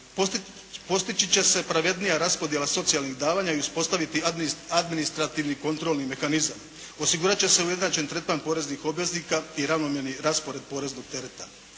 Postići će se pravednija raspodjela socijalnih davanja i uspostaviti administrativni kontrolni mehanizam. Osigurat će se ujednačen tretman poreznih obveznika i ravnomjerni raspored poreznog tereta.